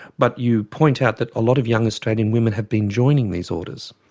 but you point out that a lot of young australian women have been joining these orders.